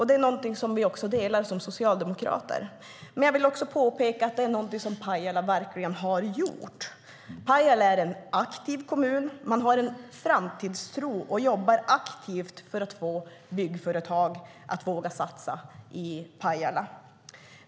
Det tycker vi socialdemokrater också. Detta är något som Pajala verkligen har gjort. Pajala är en aktiv kommun. Man har en framtidstro och arbetar aktivt för att få byggföretag att våga satsa i Pajala.